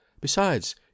Besides